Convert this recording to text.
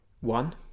one